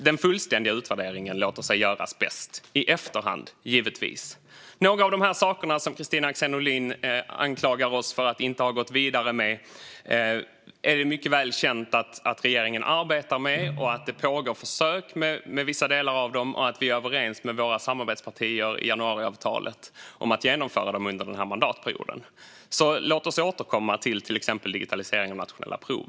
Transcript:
Den fullständiga utvärderingen låter sig givetvis bäst göras i efterhand. Några av de saker som Kristina Axén Olin anklagar oss för att inte ha gått vidare med är det mycket väl känt att regeringen arbetar med. Det pågår försök med vissa delar av dem, och vi är överens med våra samarbetspartier i januariavtalet om att genomföra dem under den här mandatperioden. Låt oss alltså återkomma till exempelvis digitaliseringen av nationella prov.